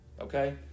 okay